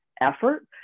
effort